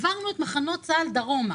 העברנו את מחנות צה"ל דרומה.